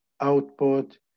output